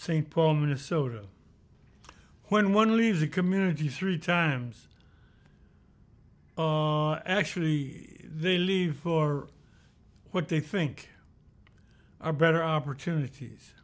st paul minnesota when one leaves a community three times actually they leave for what they think are better opportunities